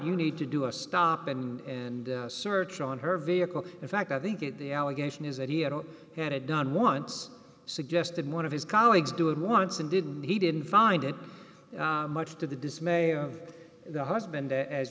you need to do a stop and search on her vehicle in fact i think it the allegation is that he had had it done once suggested one of his colleagues do it once and didn't he didn't find it much to the dismay of the husband